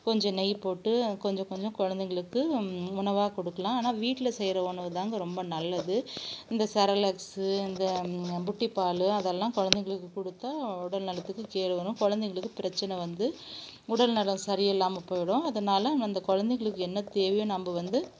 கொஞ்சம் நெய் போட்டு கொஞ்சம் கொஞ்சம் குழந்தைங்களுக்கு உணவாக கொடுக்கலாம் ஆனால் வீட்டில செய்கிற உணவு தாங்க ரொம்ப நல்லது இந்த செரலேக்ஸு இந்த புட்டி பாலு அதெல்லாம் குழந்தைங்களுக்கு கொடுத்தா உடல் நலத்துக்கு கேடு வரும் குழந்தைங்களுக்கு பிரச்சனை வந்து உடல் நலம் சரியில்லாமல் போயிவிடும் அதனால் அந்த குழந்தைங்களுக்கு என்ன தேவையோ நம்ம வந்து